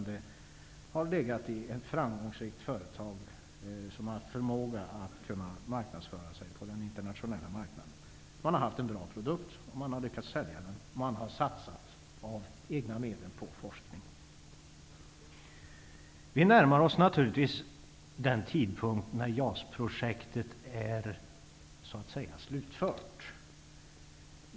Den har legat i ett framgångsrikt företag som har haft förmåga att marknadsföra sig på den internationella marknaden. De har haft en bra produkt och de har lyckats sälja den. De har satsats egna medel på forskning. Vi närmar oss naturligtvis den tidpunkt när JAS projektet är slutfört.